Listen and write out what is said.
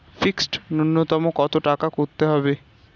Fixed নুন্যতম কত টাকা করতে হবে?